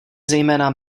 zejména